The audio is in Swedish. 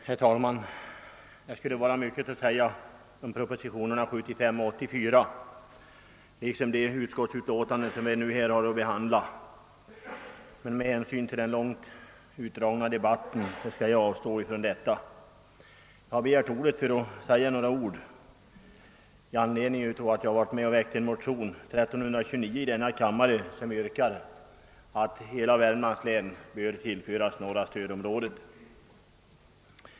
Herr talman! Det skulle vara mycket att säga om propositionerna 75 och 84 liksom om de utskottsutlåtanden som vi har att behandla, men med hänsyn till den utdragna debatten skall jag avstå från att göra detta. Jag har begärt ordet för att framföra några synpunkter i anledning av att jag varit med om att väcka motionen II: 1329 — likalydande med motionen I: 1132 — vari yrkas att hela Värmlands län skall tillföras norra stödområdet.